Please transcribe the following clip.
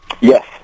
Yes